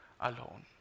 alone